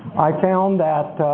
i found that